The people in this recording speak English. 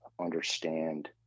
understand